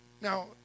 Now